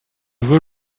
veux